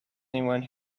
anyone